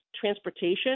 transportation